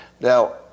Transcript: Now